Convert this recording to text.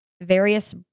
various